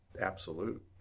absolute